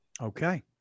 Okay